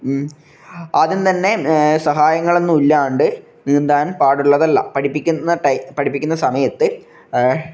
ആദ്യം തന്നെ സഹായങ്ങളൊന്നും ഇല്ലാണ്ട് നീന്താൻ പാടുള്ളതല്ല പഠിപ്പിക്കുന്ന ടൈ പഠിപ്പിക്കുന്ന സമയത്ത്